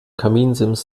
kaminsims